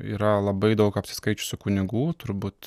yra labai daug apsiskaičiusių kunigų turbūt